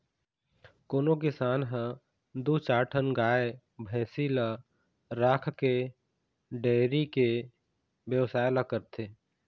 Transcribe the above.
कोनो किसान ह दू चार ठन गाय भइसी ल राखके डेयरी के बेवसाय ल करथे